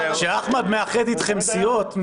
כשאחמד מאחד אתכם סיעות,